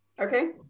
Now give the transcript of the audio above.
okay